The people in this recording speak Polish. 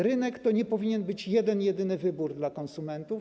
Rynek to nie powinien być jeden jedyny wybór dla konsumentów.